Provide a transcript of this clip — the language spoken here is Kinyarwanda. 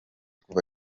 kuva